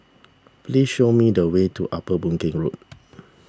please show me the way to Upper Boon Keng Road